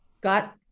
got